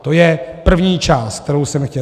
To je první část, kterou jsem chtěl říct.